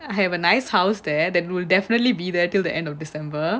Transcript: I have a nice house there that will definitely be there till the end of december